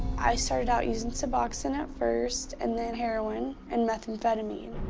i started out using suboxone at first, and then heroine and methamphetamine.